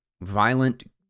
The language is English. violent